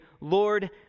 Lord